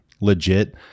legit